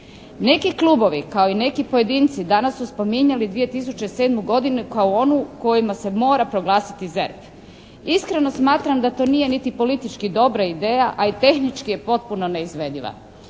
Neki klubovi, kao i neki pojedinci danas su spominjali 2007. godinu kao onu kojima se mora proglasiti ZERP. Iskreno smatram da to nije niti politički dobra ideja, a i tehnički je potpuno neizvediva.